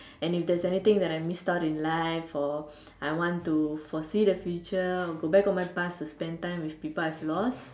and if there's anything that I missed out in life or I want to foresee the future go back on my past to spend time with people I have lost